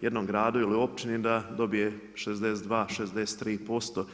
jednom gradu ili općini da dobije 62, 63%